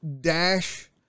Dash